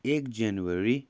एक जनवरी